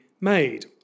made